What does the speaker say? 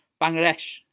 Bangladesh